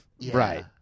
Right